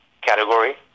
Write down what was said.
category